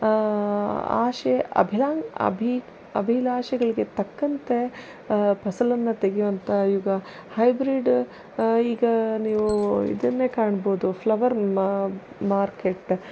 ಆಶೆ ಅಭಿಲಾ ಅಭಿ ಅಭಿಲಾಷೆಗಳಿಗೆ ತಕ್ಕಂತೆ ಫಸಲನ್ನ ತೆಗೆಯುವಂಥ ಯುಗ ಹೈಬ್ರೀಡ್ ಈಗ ನೀವು ಇದನ್ನೇ ಕಾಣ್ಬೋದು ಫ್ಲವರ್ ಮಾ ಮಾರ್ಕೆಟ್